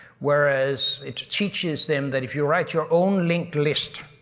whereas it teaches them that if you write your own linked list,